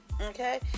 Okay